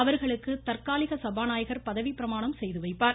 அவர்களுக்கு தற்காலிக சபாநாயகர் பதவிப்பிரமாணம் செய்து வைப்பார்